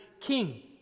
king